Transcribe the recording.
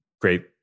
great